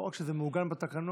לא רק שזה מעוגן בתקנון,